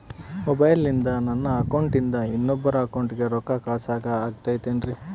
ಮೊಬೈಲಿಂದ ನನ್ನ ಅಕೌಂಟಿಂದ ಇನ್ನೊಬ್ಬರ ಅಕೌಂಟಿಗೆ ರೊಕ್ಕ ಕಳಸಾಕ ಆಗ್ತೈತ್ರಿ?